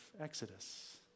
Exodus